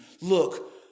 look